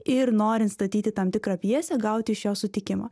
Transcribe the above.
ir norint statyti tam tikrą pjesę gauti iš jo sutikimą